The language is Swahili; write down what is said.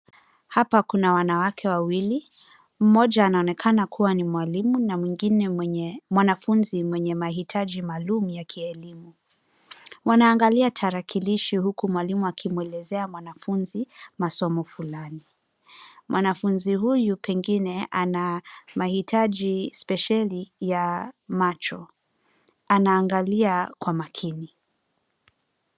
Hapa kuna wanawake wawili. Mmoja anaonekana kuwa mwalimu na mwingine mwanafunzi mwenye mahitaji maalum ya kielimu. Wanaangalia tarakilishi huku mwalimu akimuelezea mwanafunzi masomo fulani. Mwanafunzi huyu pengine ana mahitaji spesheli ya macho. Anaangalia kwa makini.